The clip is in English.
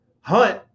hunt